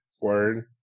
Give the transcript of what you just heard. Word